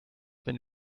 wenn